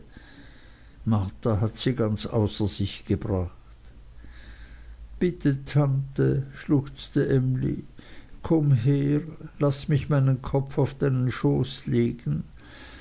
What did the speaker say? marta hat sie außer sich gebracht bitte tante schluchzte emly komm her und laß mich meinen kopf auf deinen schoß legen